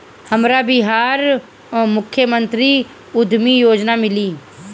हमरा बिहार मुख्यमंत्री उद्यमी योजना मिली?